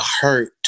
hurt